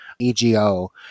EGO